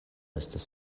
estas